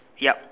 yup